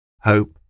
hope